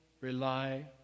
Rely